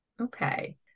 Okay